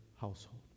household